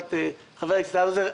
לשאלת חבר הכנסת האוזר,